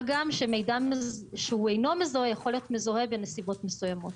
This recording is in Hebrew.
מה גם שמידע שהוא אינו מזוהה יכול להיות מזוהה בנסיבות מסוימות.